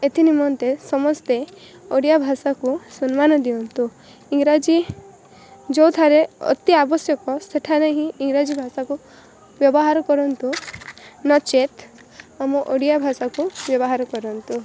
ଏଥି ନିମନ୍ତେ ସମସ୍ତେ ଓଡ଼ିଆ ଭାଷାକୁ ସମ୍ମାନ ଦିଅନ୍ତୁ ଇଂରାଜୀ ଯେଉଁଠାରେ ଅତି ଆବଶ୍ୟକ ସେଠାରେ ହିଁ ଇଂରାଜୀ ଭାଷାକୁ ବ୍ୟବହାର କରନ୍ତୁ ନଚେତ୍ ଆମ ଓଡ଼ିଆ ଭାଷାକୁ ବ୍ୟବହାର କରନ୍ତୁ